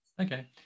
Okay